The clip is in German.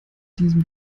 diesem